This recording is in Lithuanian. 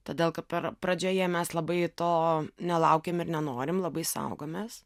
todėl kad per pradžioje mes labai to nelaukiam ir nenorim labai saugomės